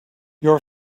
your